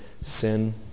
sin